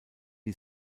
die